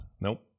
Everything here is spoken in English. nope